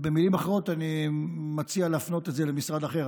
במילים אחרות, אני מציע להפנות את זה למשרד אחר.